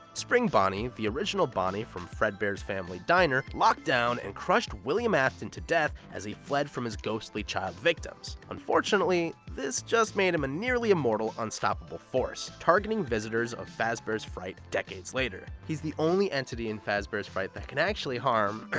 spring bonnie, the original bonnie from fredbear's family diner locked down and crushed william afton to death as he fled from his ghostly child victims. unfortunately, this just made him a nearly immortal, unstoppable force targeting visitors of fazbear's fright decades later. he's the only entity in fazbear's fright that can actually harm,